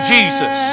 Jesus